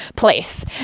place